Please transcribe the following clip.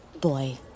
boy